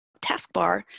taskbar